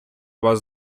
вас